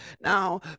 Now